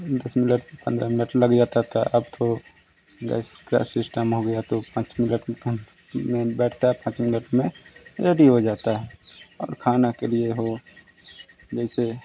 बीस मिनट पंद्रह मिनट लग जाता था अब तो गैस का सिस्टम हो गया तो पाँच मिनट में खाना मैंन बात तो पाँच मिनट में रेडी हो जाता है अब खाने के लिए हो जैसे